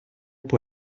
può